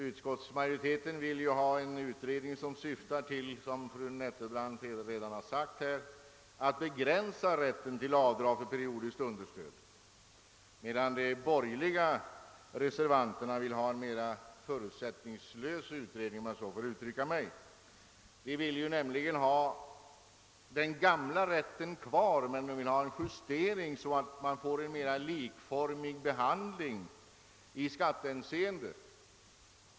Utskoitsmajoriteten vill ha en utredning som — såsom fru Nettelbrandt redan har sagt — syftar till att begränsa rätten till avdrag för periodiskt understöd, medan de borgerliga reservanterna vill ha en mera förutsättningslös utredning, om jag så får uttrycka mig. De vill nämligen ha den gamla rätten kvar men med en justering så att man får en mera likformig behandling i skattehänseende.